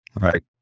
right